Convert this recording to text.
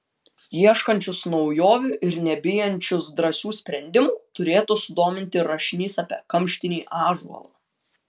ieškančius naujovių ir nebijančius drąsių sprendimų turėtų sudominti rašinys apie kamštinį ąžuolą